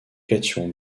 cation